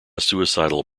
suicidal